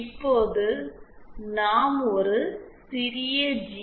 இப்போது நாம் ஒரு சிறிய ஜி